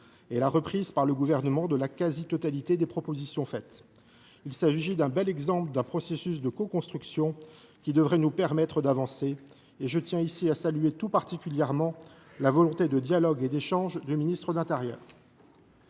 de la reprise par le Gouvernement de la quasi totalité des propositions émises. Il s’agit d’un bel exemple d’un processus de coconstruction qui devrait nous permettre d’avancer, et je salue tout particulièrement la volonté de dialogue et d’échange du ministre de l’intérieur.